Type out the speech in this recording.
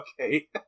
Okay